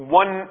one